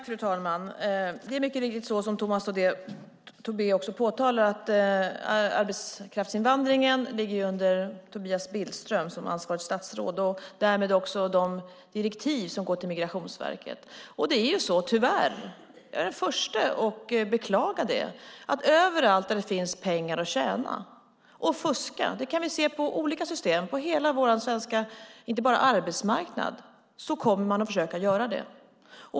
Fru talman! Det är mycket riktigt som Tomas Tobé påpekar att det är Tobias Billström som är ansvarigt statsråd för arbetskraftsinvandringen. Därmed är han också ansvarig för de direktiv som går till Migrationsverket. Det är tyvärr så, det är jag den första att beklaga, att överallt där det finns pengar att tjäna förekommer det fusk. Det kan vi se i olika system, inte bara på arbetsmarknaden.